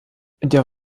der